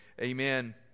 Amen